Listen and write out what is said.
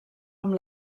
amb